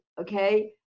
okay